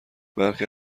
برخی